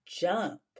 jump